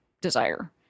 desire